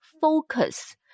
Focus